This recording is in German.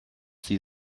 sie